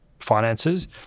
finances